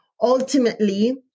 Ultimately